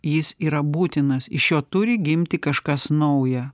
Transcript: jis yra būtinas iš jo turi gimti kažkas nauja